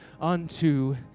unto